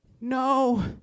no